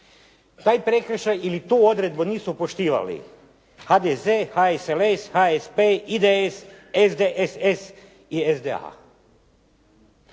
Taj prekršaj ili tu odredbu nisu poštivali HDZ, HSLS, HSP, IDS, SDSS i SDA.